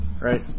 right